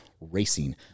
racing